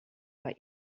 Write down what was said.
bei